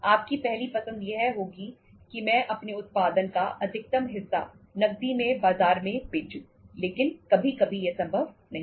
आपकी पहली पसंद यह होगी कि मैं अपने उत्पादन का अधिकतम हिस्सा नकदी में बाजार में बेचूं लेकिन कभी कभी यह संभव नहीं है